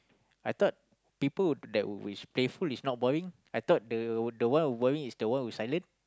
I thought people who that will is playful is not boring I thought the the one who will boring is the one who silent